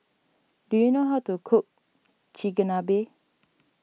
do you know how to cook Chigenabe